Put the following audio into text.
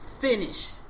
finish